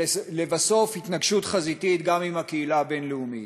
ולבסוף להתנגשות חזיתית גם עם הקהילה הבין-לאומית.